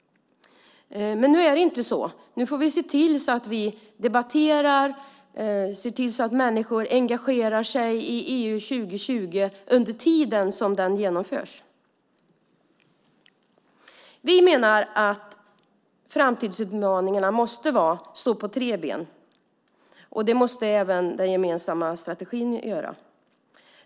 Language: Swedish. Men nu är det inte så. Vi får i stället se till att vi debatterar och att människor engagerar sig i EU 2020 under tiden som det genomförs. Vi menar att framtidsutmaningarna måste stå på tre ben. Det måste även den gemensamma strategin göra.